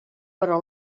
però